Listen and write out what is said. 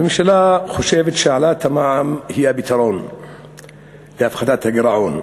הממשלה חושבת שהעלאת המע"מ היא הפתרון להורדת הגירעון.